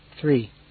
Three